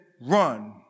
run